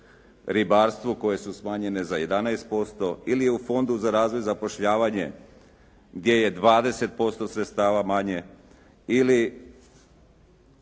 ribarstvu koje su smanjene za 11% ili u Fondu za razvoj i zapošljavanje gdje je 20% sredstava manje ili